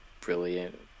brilliant